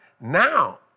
Now